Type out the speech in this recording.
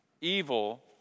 evil